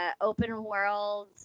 open-world